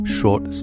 Short